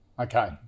Okay